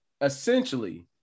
essentially